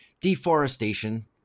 deforestation